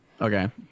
Okay